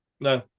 No